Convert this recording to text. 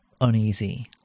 uneasy